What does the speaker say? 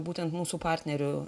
būtent mūsų partnerių